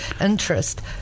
interest